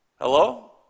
Hello